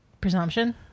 presumption